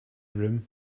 room